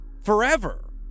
forever